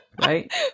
right